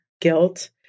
guilt